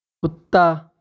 کتا